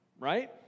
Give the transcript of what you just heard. right